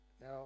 Now